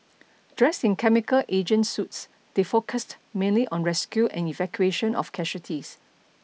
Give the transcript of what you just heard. dressed in chemical agent suits they focused mainly on rescue and evacuation of casualties